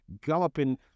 galloping